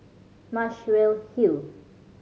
Muswell Hill